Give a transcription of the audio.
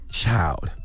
child